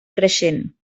creixent